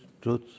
truth